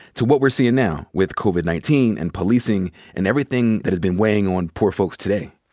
to what we're seein' now with covid nineteen and policing and everything that has been weighing on poor folks today?